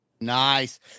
Nice